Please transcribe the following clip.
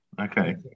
Okay